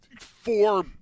four